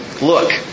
Look